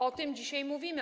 O tym dzisiaj mówimy.